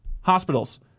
Hospitals